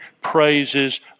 praises